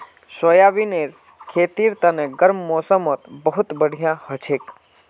सोयाबीनेर खेतीर तने गर्म मौसमत बहुत बढ़िया हछेक